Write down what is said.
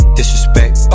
Disrespect